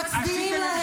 עשיתם ממשלה עם ערבים.